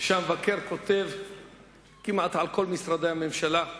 ושהמבקר כותב כמעט על כל משרדי הממשלה.